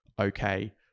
okay